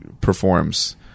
performs